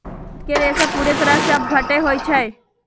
jute के रेशा पूरे तरह से अपघट्य होई छई